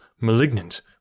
malignant